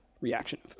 reaction